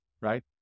right